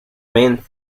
main